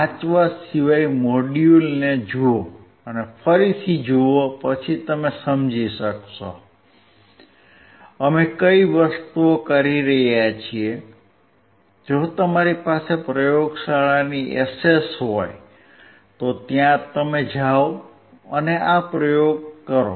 વાંચવા સિવાય મોડ્યુલને જુઓ અને ફરીથી જુઓ પછી તમે સમજી શકશો અમે કઈ વસ્તુઓ કરી રહ્યા છીએ જો તમારી પાસે પ્રયોગશાળાની એસેસ હોય તો ત્યાં જાઓ અને આ પ્રયોગ કરો